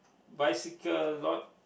bicycle lot